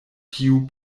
tiu